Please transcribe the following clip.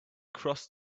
cross